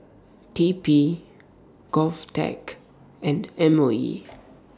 T P Govtech and M O E